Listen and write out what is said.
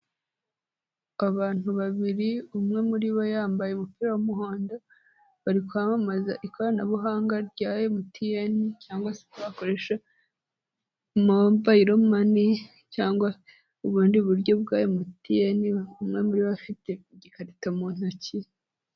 Abantu babiri umwe muri bo yambaye umupira w'umuhondo, bari kwamamaza ikoranabuhanga rya MTN cyangwa se uko wakoresha mobayiro mani cyangwa ubundi buryo bwa MTN, umwe muri bo afite igikarito mu ntoki.